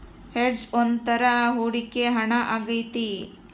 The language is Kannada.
ಹೆಡ್ಜ್ ಒಂದ್ ತರ ಹೂಡಿಕೆ ಹಣ ಆಗೈತಿ